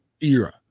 era